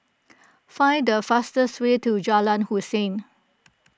find the fastest way to Jalan Hussein